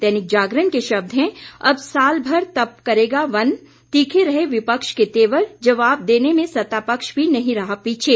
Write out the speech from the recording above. दैनिक जागरण के शब्द हैं अब साल भर तप करेगा वन तीखें रहें विपक्ष के तेवर जबाव देने में सत्तापक्ष भी नहीं रहा पीछे